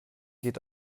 geht